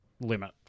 limit